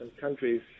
countries